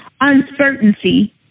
uncertainty